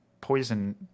poison